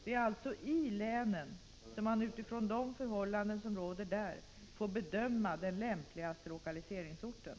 Det är alltså i länen som man, utifrån de förhållanden som råder där, får bedöma den lämpligaste lokaliseringsorten.